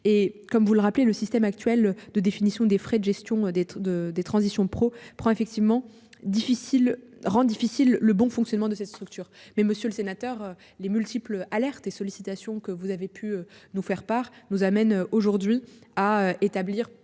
et comme vous le rappelez, le système actuel de définition des frais de gestion des de des transitions pro prend effectivement difficile rend difficile le bon fonctionnement de cette structure. Mais monsieur le sénateur, les multiples alertes et sollicitations que vous avez pu nous faire part nous amène aujourd'hui à établir